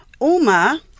Uma